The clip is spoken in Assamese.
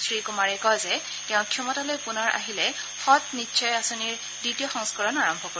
শ্ৰীকুমাৰে কয় যে তেওঁ ক্ষমতালৈ পুনৰ আহিলে সৎ নিশ্চয় আঁচনিৰ দ্বিতীয় সংস্থৰণ আৰম্ভ কৰিব